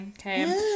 okay